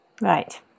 Right